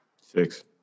six